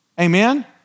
amen